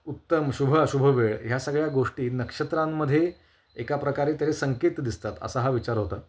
उत्तम शुभ शुभवेळ ह्या सगळ्या गोष्टी नक्षत्रांमध्ये एका प्रकारे तरी संकेत दिसतात असा हा विचार होता